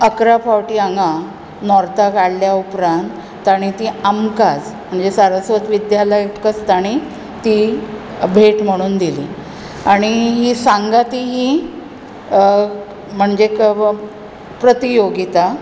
अकरा फावटी हांगा नॉर्थाक हाडल्या उपरांत ताणी ती आमकांच म्हणजे ती सारस्वत विद्यालयकाच ताणी ती भेट म्हणून दिली आनी ही सांगाती ही म्हणजे कव प्रतियेगीता